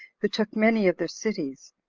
who took many of their cities,